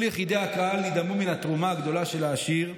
כל יחידי הקהל נדהמו מן התרומה הגדולה של העשיר,